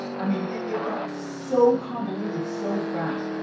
i mean, it got so convoluted so fast,